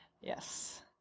Yes